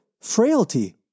frailty